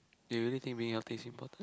you really think being healthy is important